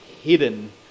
hidden